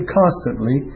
constantly